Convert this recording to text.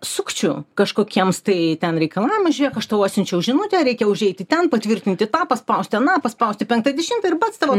sukčių kažkokiems tai ten reikalam žėk aš tau atsiunčiau žinutę reikia užeiti ten patvirtinti tą paspausti aną paspausti penktą dešimtą ir pats tavo